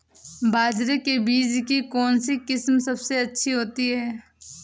बाजरे के बीज की कौनसी किस्म सबसे अच्छी होती है?